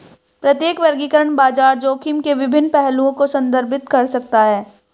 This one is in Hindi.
प्रत्येक वर्गीकरण बाजार जोखिम के विभिन्न पहलुओं को संदर्भित कर सकता है